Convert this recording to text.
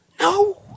No